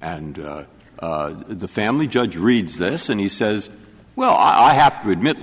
and the family judge reads this and he says well i have to admit the